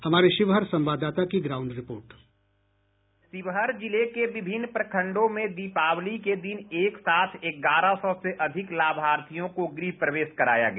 हमारे शिवहर संवाददाता की ग्राउंड रिपोर्ट बाईट संवाददाता शिवहर जिले के विभिन्न प्रखंडों में दीपावली के दिन एक साथ ग्यारह सौ से अधिक लाभार्थियों को गृह प्रवेश कराया गया